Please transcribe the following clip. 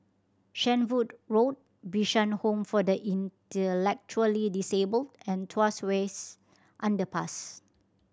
Shenvood Road Bishan Home for the Intellectually Disabled and Tuas Wests Underpass